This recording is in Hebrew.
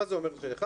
מה זה אומר 1?